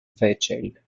fairchild